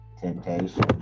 temptation